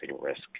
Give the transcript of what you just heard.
risk